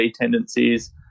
tendencies